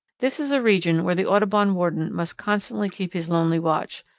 this is a region where the audubon warden must constantly keep his lonely watch,